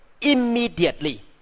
immediately